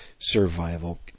survival